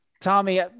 Tommy